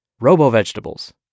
Robo-vegetables